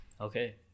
Okay